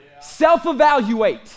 Self-evaluate